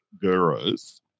gurus